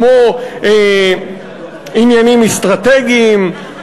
כמו עניינים אסטרטגיים,